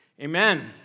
Amen